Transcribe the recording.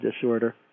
disorder